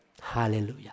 Hallelujah